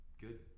Good